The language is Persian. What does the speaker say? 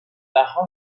دهها